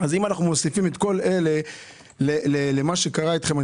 אז אם אנחנו מוסיפים את כל אלה למה שקרה איתכם.